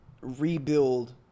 rebuild